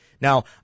Now